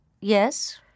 Yes